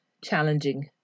challenging